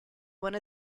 one